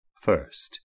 first